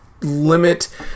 limit